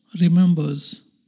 remembers